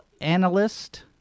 analyst